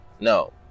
no